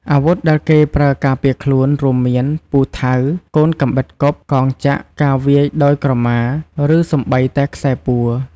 អាវុធដែលគេប្រើការពារខ្លួន រួមមាន ពូថៅ កូនកាំបិតគប់ កងចក្រ ការវាយដោយក្រមា ឬសូម្បីតែខ្សែពួរ។